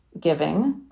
giving